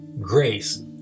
grace